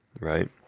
right